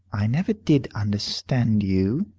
i never did understand you.